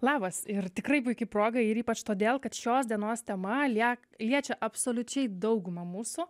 labas ir tikrai puiki proga ir ypač todėl kad šios dienos tema liek liečia absoliučiai daugumą mūsų